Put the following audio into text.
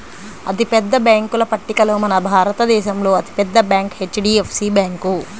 అతిపెద్ద బ్యేంకుల పట్టికలో మన భారతదేశంలో అతి పెద్ద బ్యాంక్ హెచ్.డీ.ఎఫ్.సీ బ్యాంకు